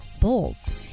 bolts